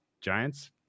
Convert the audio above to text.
Giants